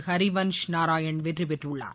Harivansh Narayan வெற்றிபெற்றுள்ளார்